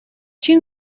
two